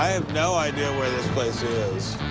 i have no idea where this place is.